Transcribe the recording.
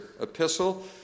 epistle